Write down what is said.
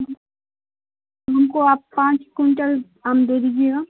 ہم کو آپ پانچ کئنٹل آم دے دیجیے گا